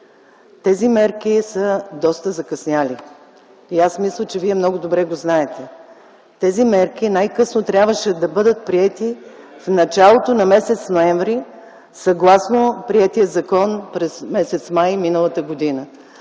Тези мерки са доста закъснели и аз мисля, че Вие много добре го знаете. Тези мерки трябваше да бъдат приети най-късно в началото на м. ноември съгласно приетия закон през м. май миналата година,